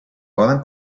poden